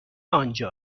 آنجا